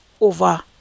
over